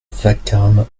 vacarme